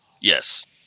yes